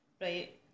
Right